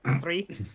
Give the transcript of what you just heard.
three